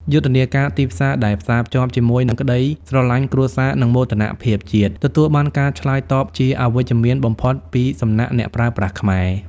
យុទ្ធនាការទីផ្សារដែលផ្សារភ្ជាប់ជាមួយនឹងក្តីស្រឡាញ់គ្រួសារ និងមោទនភាពជាតិ ទទួលបានការឆ្លើយតបជាវិជ្ជមានបំផុតពីសំណាក់អ្នកប្រើប្រាស់ខ្មែរ។